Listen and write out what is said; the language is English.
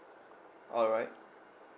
alright